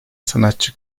sanatçı